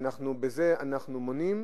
שבזה אנחנו מונעים